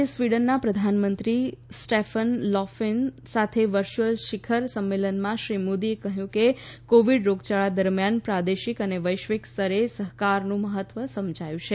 આજે સ્વીડનના પ્રધાનમંત્રી સ્ટેફન લોફ્વેન સાથે વર્યુઅલ શિખર સંમેલનમાં શ્રી મોદીએ કહ્યું કે કોવીડ રોગયાળા દરમિયાન પ્રાદેશિક અને વૈશ્વિક સ્તરે સહકારનું મહત્ત્વ સમજાયું છે